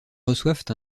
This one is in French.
reçoivent